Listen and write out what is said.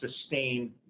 sustain